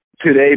today